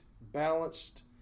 balanced